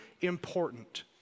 important